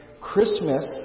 Christmas